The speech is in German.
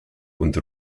und